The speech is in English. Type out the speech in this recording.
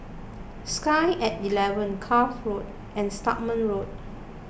Sky at eleven Cuff Road and Stagmont Road